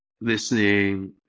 listening